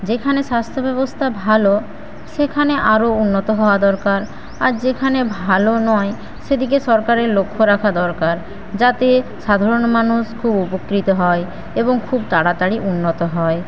যেখানে স্বাস্থ্য ব্যবস্থা ভালো সেখানে আরও উন্নত হওয়া দরকার আর যেখানে ভালো নয় সেদিকে সরকারের লক্ষ্য রাখা দরকার যাতে সাধারণ মানুষ খুব উপকৃত হয় এবং খুব তাড়াতাড়ি উন্নত হয়